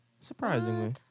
Surprisingly